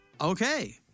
Okay